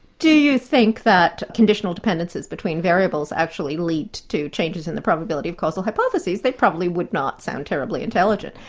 do you think that conditional dependences between variables actually lead to changes in the probability of causal hypotheses? they probably would not sound terribly intelligent.